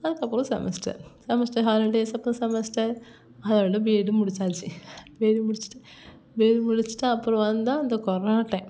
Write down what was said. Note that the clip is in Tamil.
அதுக்கப்புறம் செமஸ்டர் செமஸ்டர் ஹாலிடேஸ் அப்போ செமஸ்டர் அதோடு பிஎட்டும் முடிச்சாச்சு பிஎடு முடிச்சுட்டு பிஎட் முடிச்சுட்டு அப்புறம் வந்தால் அந்த கொரோனா டைம்